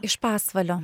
iš pasvalio